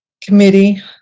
committee